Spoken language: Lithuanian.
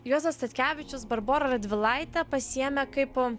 juozas statkevičius barborą radvilaitę pasiėmė kaip